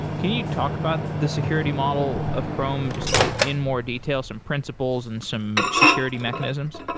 can you talk about the security model of chrome just in more detail, some principals and some security mechanisms?